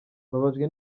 mbabajwe